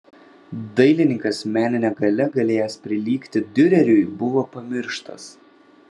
dailininkas menine galia galėjęs prilygti diureriui buvo pamirštas